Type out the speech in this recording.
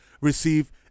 receive